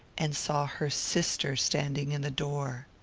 and saw her sister standing in the door.